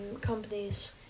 companies